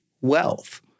wealth